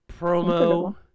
Promo